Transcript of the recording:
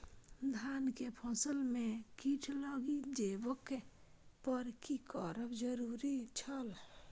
धान के फसल में कीट लागि जेबाक पर की करब जरुरी छल?